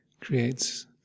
creates